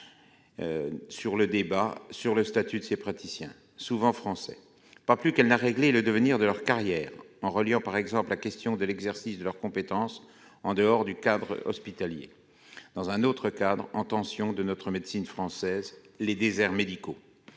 le débat sur le statut de ces praticiens- souvent français -, pas plus qu'elle n'a réglé le devenir de leurs carrières, en reliant par exemple ces questions à l'exercice de leurs compétences en dehors de l'hôpital, dans un autre cadre en tension de notre médecine française : les déserts médicaux.